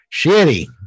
Shitty